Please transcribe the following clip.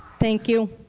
thank you.